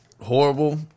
horrible